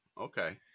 Okay